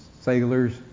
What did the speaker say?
sailors